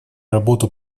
работу